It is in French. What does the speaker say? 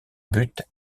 but